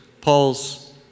Paul's